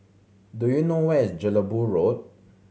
do you know where is Jelebu Road